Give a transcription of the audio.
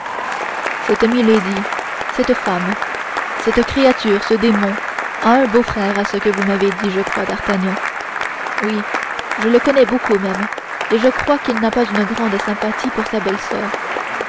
cette milady cette femme cette créature ce démon a un beaufrère à ce que vous m'avez dit je crois d'artagnan oui je le connais beaucoup même et je crois aussi qu'il n'a pas une grande sympathie pour sa belle-soeur